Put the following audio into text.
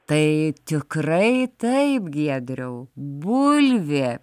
tai tikrai taip giedriau bulvė